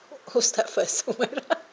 who start first